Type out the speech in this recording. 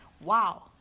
Wow